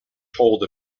told